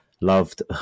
loved